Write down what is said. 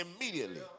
immediately